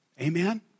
Amen